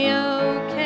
okay